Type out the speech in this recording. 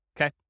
okay